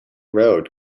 road